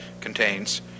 contains